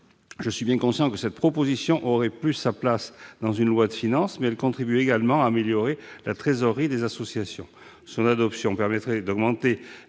Je suis bien conscient que cette proposition aurait plus sa place dans une loi de finances, mais elle vise également à améliorer la trésorerie des associations. Son adoption permettrait d'augmenter